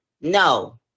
No